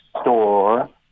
store